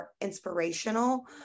inspirational